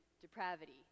depravity